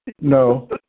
No